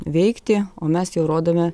veikti o mes jau rodome